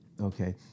okay